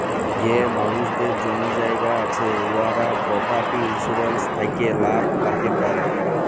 যে মালুসদের জমি জায়গা আছে উয়ারা পরপার্টি ইলসুরেলস থ্যাকে লাভ প্যাতে পারে